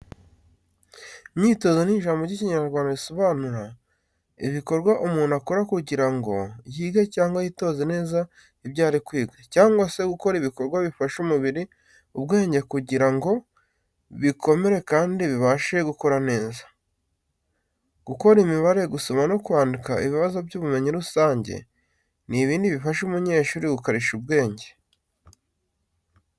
Imyitozo ni ijambo ry’ikinyarwanda risobanura: Ibikorwa umuntu akora kugira ngo yige cyangwa yitoze neza ibyo ari kwiga cyangwa se gukora ibikorwa bifasha umubiri, ubwenge kugira ngo bikomere kandi bibashe gukora neza. Gukora imibare, gusoma no kwandika, ibibazo by’ubumenyi rusange, n’ibindi bifasha umunyeshuri gukarishya ubwenge